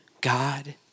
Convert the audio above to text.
God